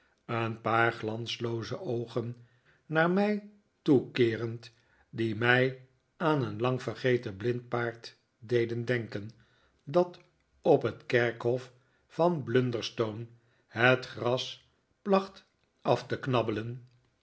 een paar glanslooze oogen naar mij toekeerend die mij aan een lang vergeten blind paard decfen denken dat op het kerkhof van blunderstone het gras placht af te knabbelen